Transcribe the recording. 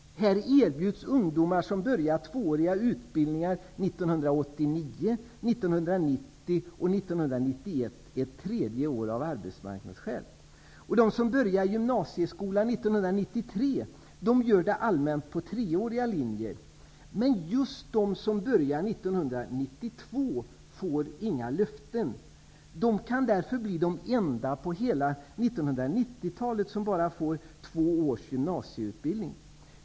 Här erbjuds ungdomar som börjar tvååriga utbildningar 1989, 1990 och 1991 ett tredje år av arbetsmarknadsskäl. De som börjar gymnasieskolan 1993 gör det allmänt på treåriga linjer. Men just de som börjar 1992 får inga löften. De kan därför bli de enda under hela 1990 talet som bara får två års gymnasieutbildning.